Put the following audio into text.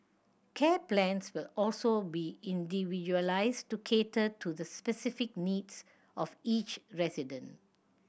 care plans will also be individualised to cater to the specific needs of each resident